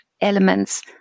elements